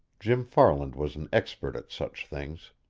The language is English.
jim farland was an expert at such things.